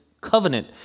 covenant